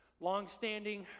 long-standing